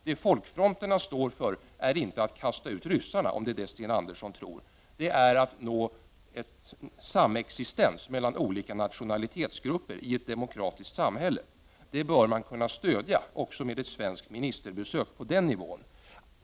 Det folkfronterna står för är inte att kasta ut ryssarna, om det är det Sten Andersson tror, utan att nå samexistens mellan olika nationalitetsgrupper i ett demokratiskt samhälle. Detta bör man kunna stödja också med ett svenskt ministerbesök på den nivån.